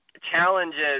challenges